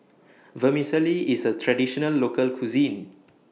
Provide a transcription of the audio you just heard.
Vermicelli IS A Traditional Local Cuisine